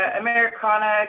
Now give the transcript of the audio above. Americana